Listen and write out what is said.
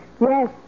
Yes